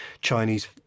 Chinese